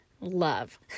love